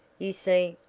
you see,